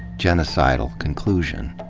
genocidal conclusion.